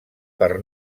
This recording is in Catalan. per